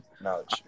knowledge